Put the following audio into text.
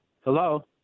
Hello